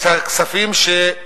הכספים